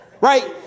right